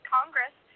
Congress